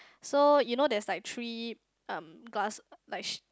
so you know there's like three um glass like sh~